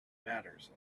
matters